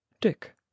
Dick